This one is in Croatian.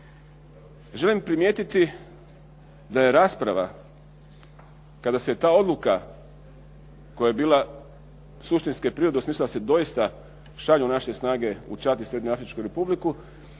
Želim primijetiti da je rasprava kada se ta odluka koja je bila suštinske prirode osmislila se da se doista šalju naše snage u Čad u Srednjoafričku Republiku